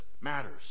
matters